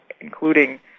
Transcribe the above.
including